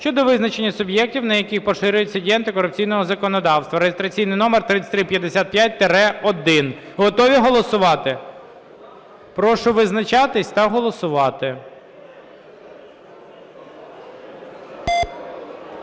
щодо визначення суб'єктів, на яких поширюється дія антикорупційного законодавства (реєстраційний номер 3355-1). Готові голосувати? Прошу визначатися та голосувати.